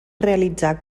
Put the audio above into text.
realitzar